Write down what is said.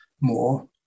more